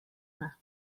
yna